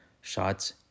shots